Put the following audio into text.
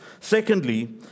Secondly